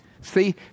See